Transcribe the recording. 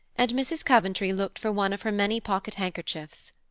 and mrs. coventry looked for one of her many pocket-handkerchiefs.